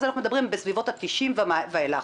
אז אנחנו מדברים בסביבות ה-90 ואילך.